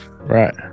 right